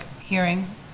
hearing